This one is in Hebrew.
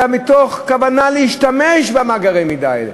אלא מתוך כוונה להשתמש במאגרי המידע האלה.